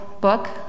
book